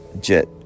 Jet